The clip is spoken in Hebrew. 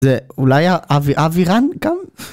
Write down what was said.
אולי אבי אבי רן.